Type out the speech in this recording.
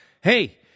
Hey